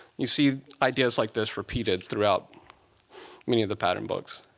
you see ideas like this repeated throughout many of the pattern books.